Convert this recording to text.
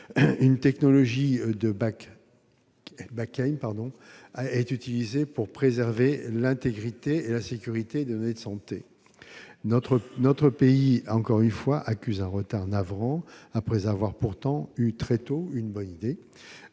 une technologie de est utilisée pour préserver l'intégrité et la sécurité des données de santé. Notre pays, encore une fois, accuse un retard navrant, après avoir pourtant eu très tôt une bonne idée,